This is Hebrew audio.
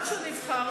אבל אנחנו לא שומעים.